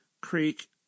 Creek